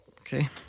Okay